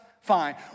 fine